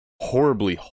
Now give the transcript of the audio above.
horribly